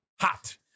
hot